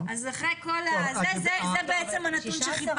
אז זה בעצם הנתון שחיפשנו.